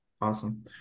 Awesome